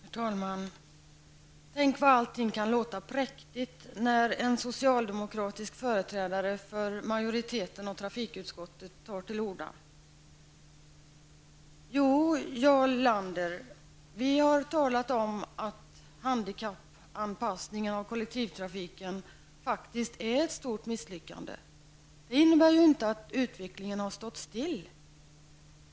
Herr talman! Tänk vad allt kan låta präktigt när en socialdemokratisk företrädare för majoriteten i trafikutskottet tar till orda! Jo, Jarl Lander, vi har talat om att handikappanpassningen av kollektivtrafiken faktiskt är ett stort misslyckande. Det innebär inte att utvecklingen har stått still.